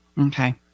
Okay